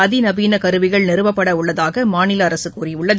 அதிநவீன கருவிகள் நிறுவப்பட உள்ளதாக மாநில அரசு கூறியுள்ளது